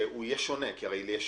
שיהיה שונה, על